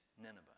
Nineveh